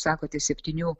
sakote septynių